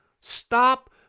Stop